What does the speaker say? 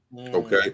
okay